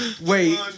Wait